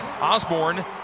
Osborne